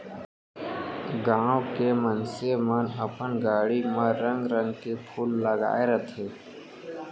गॉंव के मनसे मन अपन बाड़ी म रंग रंग के फूल लगाय रथें